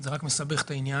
זה רק מסבך את העניין.